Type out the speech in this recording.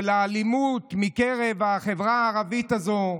של האלימות, בקרב החברה הערבית הזו,